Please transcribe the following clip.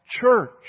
church